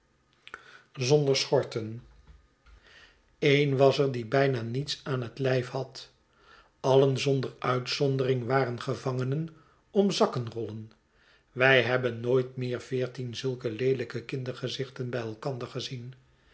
boz ten een was er die bijna niets aan het lijf had allen zonder uitzondering waren gevangen om zakkenrollen wij hebben nooit meer veertien zulke leelijke kindergezichten bij elkander gezien